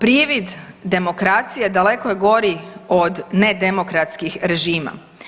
Privid demokracije daleko je gori od nedemokratskih režima.